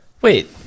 wait